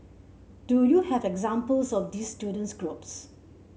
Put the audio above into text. do you have examples of these student groups